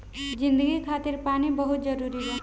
जिंदगी खातिर पानी बहुत जरूरी बा